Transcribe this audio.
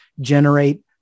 generate